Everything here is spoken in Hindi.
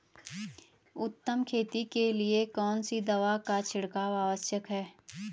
उत्तम खेती के लिए कौन सी दवा का छिड़काव आवश्यक है?